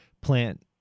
plant